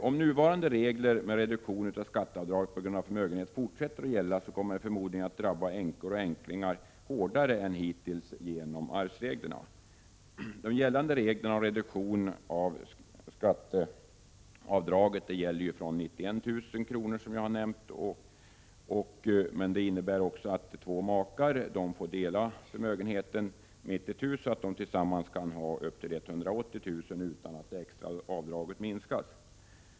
Om nuvarande regler med reduktion av skatteavdraget på grund av förmögenhet fortsätter att gälla kommer de förmodligen att drabba änkor och änklingar mer än hittills genom de nya arvsreglerna. De gällande reglerna om reduktion av skatteavdraget från 91 000 kr. gäller nu per pensionär och innebär att två makar som är pensionärer tillsammans kan ha upp till 180 000 kr. utan att det extra avdraget minskas.